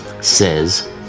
says